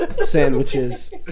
sandwiches